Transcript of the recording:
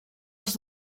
els